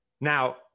Now